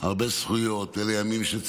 בהם הרבה זכויות,